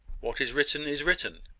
what is written is written.